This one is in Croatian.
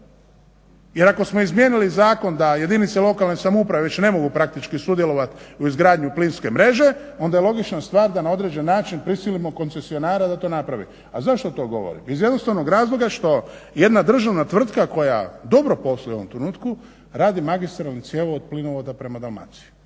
Jer ako smo izmijenili zakon da jedinice lokalne samouprave više ne mogu praktički sudjelovat u izgradnji plinske mreže onda je logična stvar da na određen način prisilimo koncesionara da to napravi. A zašto to govorim, iz jednostavnog razloga što jedna državna tvrtka koja dobro posluje u ovom trenutku radi magistralni cjevovod plinovoda prema Dalmaciji.